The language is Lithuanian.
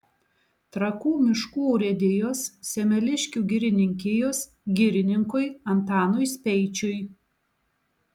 trakų miškų urėdijos semeliškių girininkijos girininkui antanui speičiui